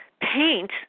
paint